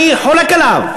אני חולק עליו.